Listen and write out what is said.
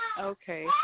Okay